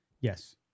Yes